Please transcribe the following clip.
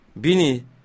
Bini